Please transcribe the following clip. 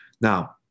Now